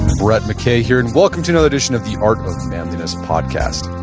brett mckay here and welcome to another edition of the art manliness podcast.